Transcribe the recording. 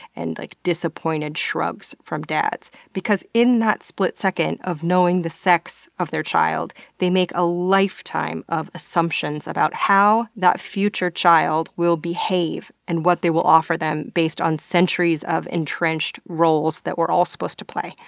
and like disappointed shrugs from dads, because in that split second of knowing the sex of their child they make a lifetime of assumptions about how that future child will behave and what they will offer them, based on centuries of entrenched roles that we're all supposed to play.